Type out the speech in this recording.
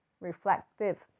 reflective